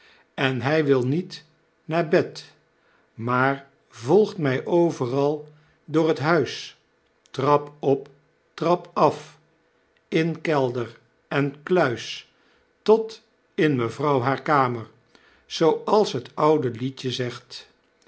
en hy wil niet naar zyn bed maar volgt my overal door het huis trap op trap af in kelder en kluis tot in mevrouw haar kamer zooals het oude liedje